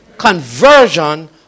Conversion